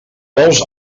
vols